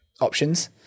options